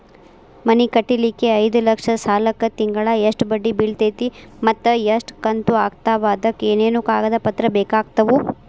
ಮನಿ ಕಟ್ಟಲಿಕ್ಕೆ ಐದ ಲಕ್ಷ ಸಾಲಕ್ಕ ತಿಂಗಳಾ ಎಷ್ಟ ಬಡ್ಡಿ ಬಿಳ್ತೈತಿ ಮತ್ತ ಎಷ್ಟ ಕಂತು ಆಗ್ತಾವ್ ಅದಕ ಏನೇನು ಕಾಗದ ಪತ್ರ ಬೇಕಾಗ್ತವು?